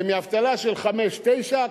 ומאבטלה של 5.9%,